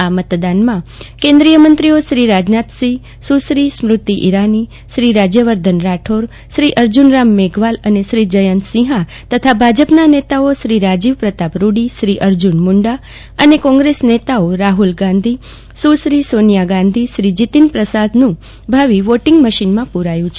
આ મતદાનમાં કેન્દ્રિય મંત્રીઓ શ્રી રાજનાથસિંહ સુશ્રી સ્મૃતિ ઇરાની શ્રી રાજયવર્ધન રાઠૌર શ્રી અર્જુનરામ મેઘવાલ અને શ્રી જયંત સિંહા તથા ભાજપના નેતાઓ શ્રી રાજીવ પ્રતાપ રૂડી શ્રી અર્જુન મુંડા અને કોંગ્રેસ નેતાઓ રાહુલ ગાંધી સુશ્રી સોનિયા ગાંધી શ્રી જીતીન પ્રસાદનું ભાવિ વોટીંગ મશીનમાં પુરાયું છે